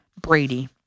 Brady